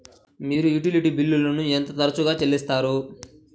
మీరు యుటిలిటీ బిల్లులను ఎంత తరచుగా చెల్లిస్తారు?